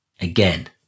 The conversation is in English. Again